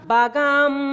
Bagam